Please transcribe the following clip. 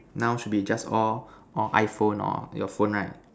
now should be just all all iPhone or your phone right